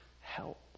help